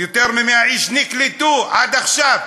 יותר מ-100 איש נקלטו עד עכשיו,